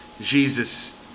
Jesus